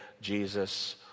Jesus